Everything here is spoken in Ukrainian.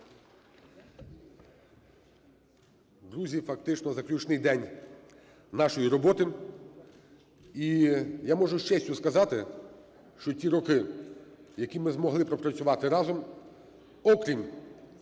Друзі, фактично заключний день нашої роботи, і я можу з честю сказати, що ці роки, які ми змогли пропрацювати разом, окрім